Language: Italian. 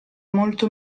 molto